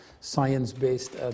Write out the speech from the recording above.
science-based